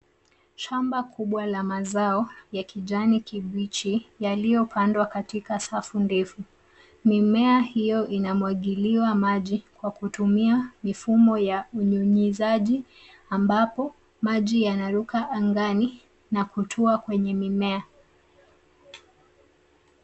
Shamba kubwa la mazao ya kijani kibichi yaliyopandwa katika safu ndefu. Mimea hiyo inamwagiliwa maji kwa kutumia mifumo ya unyunyizaji ambapo maji yanaruka angani na kutua kwenye mimea.